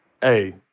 Hey